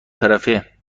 طرفه